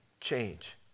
change